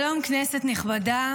שלום, כנסת נכבדה.